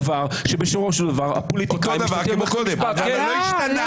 מה השתנה?